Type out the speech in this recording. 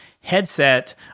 headset